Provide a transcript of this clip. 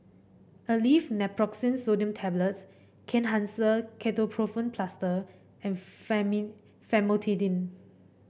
Aleve Naproxen Sodium Tablets Kenhancer Ketoprofen Plaster and Famotidine